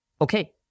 Okay